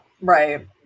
Right